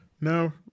No